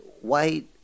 white